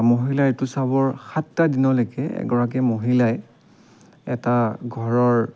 মহিলাৰ ঋতুস্ৰাৱৰ সাতটা দিনলৈকে এগৰাকী মহিলাই এটা ঘৰৰ